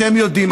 אתם יודעים.